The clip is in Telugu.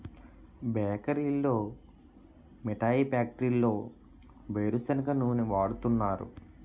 బేకరీల్లో మిఠాయి ఫ్యాక్టరీల్లో వేరుసెనగ నూనె వాడుతున్నారు